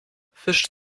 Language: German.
fisch